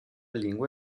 lingua